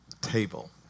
table